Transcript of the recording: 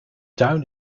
tuin